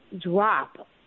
drop